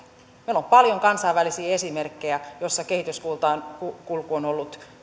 meillä on paljon kansainvälisiä esimerkkejä joissa kehityskulku on ollut